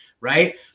right